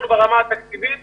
ברמה התקציבית